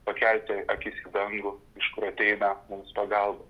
pakelti akis į dangų iš kur ateina mums pagalba